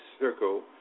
circle